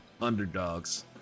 underdogs